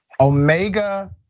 Omega